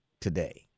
today